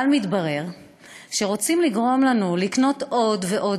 אבל מתברר שרוצים לגרום לנו לקנות עוד ועוד